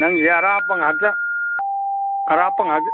ꯅꯪꯁꯦ ꯑꯔꯥꯞꯄ ꯉꯥꯛꯇ ꯑꯔꯥꯞꯄ ꯉꯥꯛꯇ